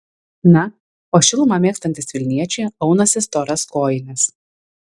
na o šilumą mėgstantys vilniečiai aunasi storas kojines